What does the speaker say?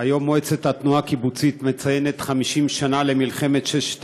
היום מועצת התנועה הקיבוצית מציינת 50 שנה למלחמת ששת